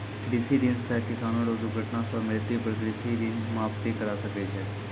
कृषि ऋण सह किसानो रो दुर्घटना सह मृत्यु पर कृषि ऋण माप भी करा सकै छै